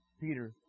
Peter